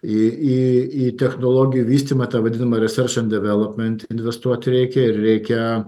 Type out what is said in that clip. į į į technologijų vystymą tą vadinamą investuoti reikia reikia